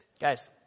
Guys